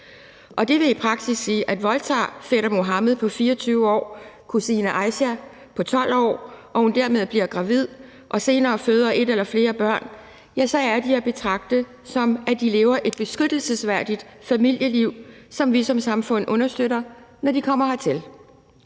Det vil i praksis sige, at voldtager fætter Muhammed på 24 år kusine Aisha på 12 år, og bliver hun dermed gravid og føder et eller flere børn senere, ja, så er det at betragte, som at de lever et beskyttelsesværdigt familieliv, som vi som samfund understøtter, når de kommer hertil.